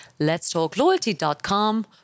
letstalkloyalty.com